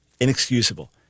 inexcusable